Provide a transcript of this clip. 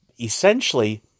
essentially